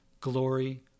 glory